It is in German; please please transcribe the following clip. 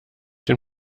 den